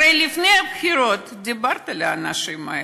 הרי לפני הבחירות דיברת על האנשים האלה.